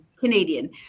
Canadian